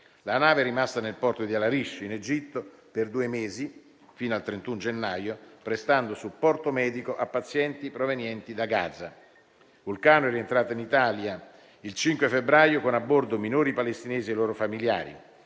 La nave è rimasta nel porto di Al-Arish, in Egitto, per due mesi, fino al 31 gennaio, prestando supporto medico a pazienti provenienti da Gaza. La nave Vulcano è rientrata in Italia il 5 febbraio con a bordo minori palestinesi e i loro familiari;